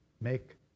make